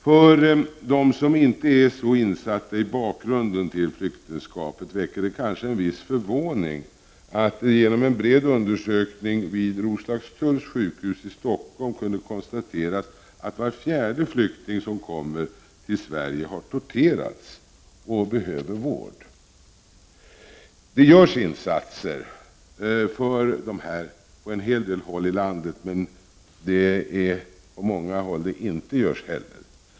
För dem som inte är så insatta i bakgrunden till flyktingströmmen väcker det kanske en viss förvåning att det vid en bred undersökning på Roslagstulls sjukhus i Stockholm kunnat konstateras att var fjärde flykting som kommer till Sverige har torterats och behöver vård. Det görs insatser för dem på en hel del håll i landet, men på många håll görs det inte.